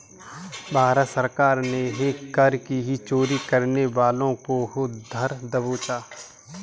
भारत सरकार ने कर की चोरी करने वालों को धर दबोचा